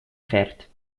fährt